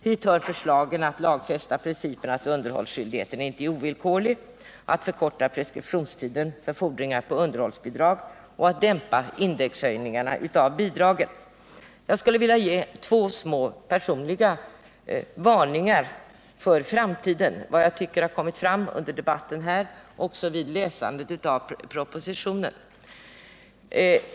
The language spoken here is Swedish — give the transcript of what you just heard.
Hit hör förslaget att lagfästa principen att underhållsskyldigheten inte är ovillkorlig, att förkorta preskriptionstiden för fordringar på underhållsbidrag och att dämpa indexhöjningarna av bidragen. Jag skulle vilja rikta två personliga varningar för framtiden med anledning av vad som kommit fram i debatten här och med anledning av vad jag funnit vid läsning av propositionen.